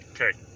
Okay